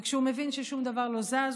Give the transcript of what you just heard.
וכשהוא מבין ששום דבר לא זז,